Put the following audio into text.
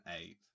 eight